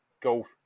golf